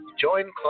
Join